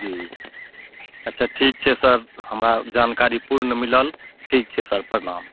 जी अच्छा ठीक छै सर हमरा जानकारी पूर्ण मिलल ठीक छै सर प्रणाम